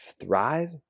thrive